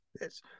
Yes